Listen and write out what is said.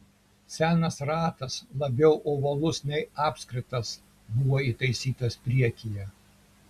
senas ratas labiau ovalus nei apskritas buvo įtaisytas priekyje